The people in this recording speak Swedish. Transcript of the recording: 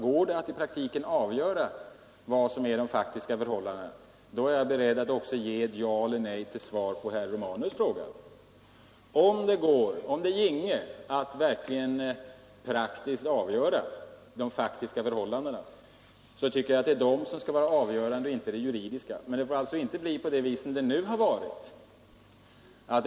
Går det att i praktiken avgöra vad som är de faktiska förhållandena, är jag också beredd att ge ett ja eller nej till svar på herr Romanus fråga. Om det ginge att verkligen praktiskt avgöra de faktiska förhållandena, så tycker jag att dessa skulle vara avgörande och inte de juridiska. Men det får inte bli som det nu har varit.